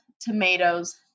tomatoes